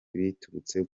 biturutse